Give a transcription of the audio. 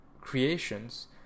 creations